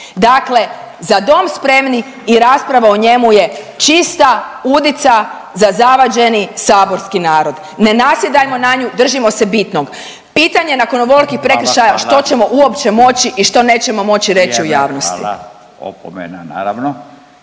dakle „Za dom spremni!“ i rasprava o njemu je čista udica za zavađeni saborski narod, ne nasjedajmo na nju, držimo se bitnog. Pitanje je nakon ovolikih prekršaja što ćemo uopće moći i što nećemo moći reći u javnosti.